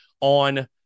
on